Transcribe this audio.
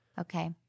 Okay